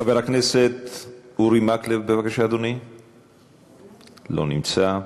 חבר הכנסת אורי מקלב, לא נמצא.